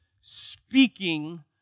speaking